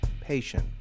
Patient